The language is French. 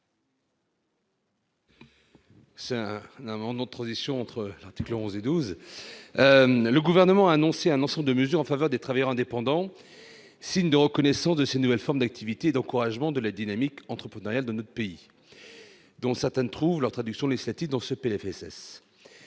amendement de transition entre les articles 11 et 12. Le Gouvernement a annoncé un ensemble de mesures en faveur des travailleurs indépendants, montrant par là une volonté de reconnaissance de ces nouvelles formes d'activité et d'encouragement de la dynamique entrepreneuriale dans notre pays. Certaines de ces mesures trouvent leur traduction législative dans ce PLFSS.